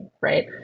right